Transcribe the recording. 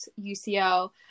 UCL